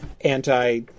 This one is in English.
anti